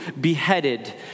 beheaded